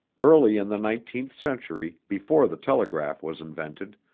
early in the nineteenth century before the telegraph was invented,